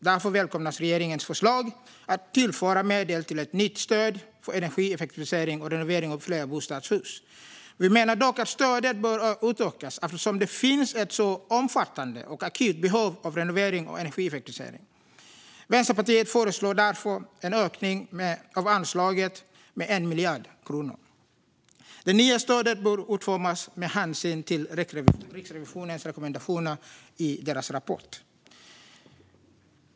Därför välkomnas regeringens förslag att tillföra medel till ett nytt stöd för energieffektivisering och renovering av flerbostadshus. Vi menar dock att stödet bör utökas, eftersom det finns ett sådant omfattande och akut behov av renovering och energieffektivisering. Vänsterpartiet föreslår därför en ökning av anslaget med 1 miljard kronor. Det nya stödet bör utformas med hänsyn till Riksrevisionens rekommendationer i deras rapport.